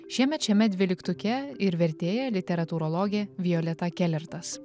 šiemet šiame dvyliktuke ir vertėja literatūrologė violeta kelertas